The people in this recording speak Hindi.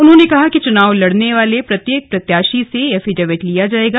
उन्होंने कहा कि चुनाव लड़ने वाले प्रत्येक प्रत्याशी से एफिडेविट लिया जायेगा